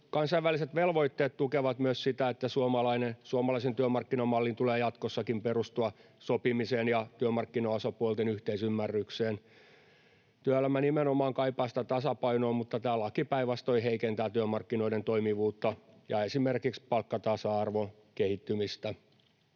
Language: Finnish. Kansainväliset velvoitteet tukevat myös sitä, että suomalaisen työmarkkinamallin tulee jatkossakin perustua sopimiseen ja työmarkkinaosapuolten yhteisymmärrykseen. Työelämä nimenomaan kaipaa sitä tasapainoa, mutta tämä laki päinvastoin heikentää työmarkkinoiden toimivuutta ja esimerkiksi palkkatasa-arvon kehittymistä.